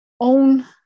own